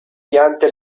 piante